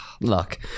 look